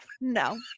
No